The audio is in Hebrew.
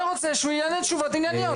לכן אני רוצה שהוא יענה תשובות ענייניות.